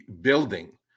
building